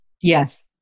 Yes